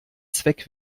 zweck